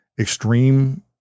extreme